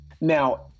Now